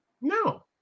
No